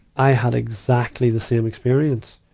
i had exactly the same experience,